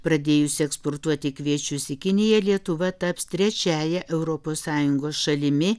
pradėjus eksportuoti kviečius į kiniją lietuva taps trečiąja europos sąjungos šalimi